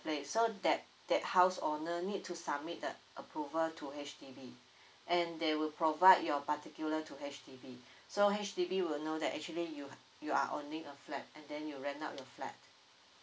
place so that that house owner need to submit the approval to H_D_B and they will provide your particular to H_D_B so H_D_B will know that actually you're you are owning a flat and then you rent out your flat